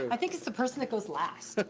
i think it's the person that goes last.